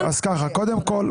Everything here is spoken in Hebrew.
אז ככה: קודם כל,